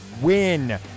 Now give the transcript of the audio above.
win